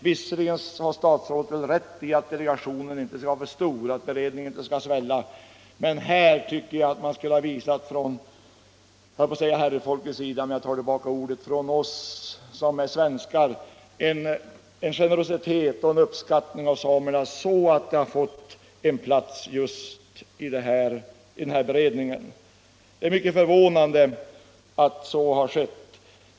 Visserligen har statsrådet rätt i att delegationen inte skall vara för stor, att beredningen inte skall svälla, men jag tycker ändå att vi svenskar kunde ha visat generositet och uppskattning gentemot samerna så att de fått en plats just i denna beredning. Det är förvånande att så inte har skett.